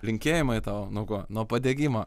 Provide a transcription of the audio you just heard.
linkėjimai tau nuo ko nuo padegimo